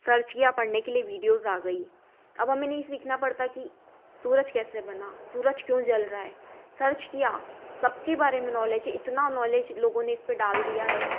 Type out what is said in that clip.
search किया पढ़ने के लिए वीडियोज़ आ गई अब हमें नहीं सीखना पड़ता कि सूरज कैसे बना सूरज क्यों जल रहा है सर्च किया सबके बारे में नॉलेज है इतना नॉलेज लोगों ने इस पर डाल दिया है